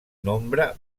nombre